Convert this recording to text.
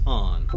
on